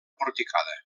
porticada